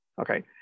Okay